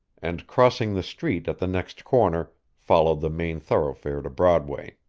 and crossing the street at the next corner followed the main thoroughfare to broadway.